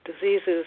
diseases